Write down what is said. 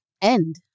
End